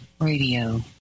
Radio